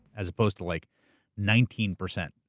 as opposed to like nineteen percent,